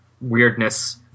weirdness